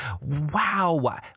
wow